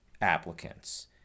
applicants